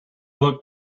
looked